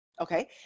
Okay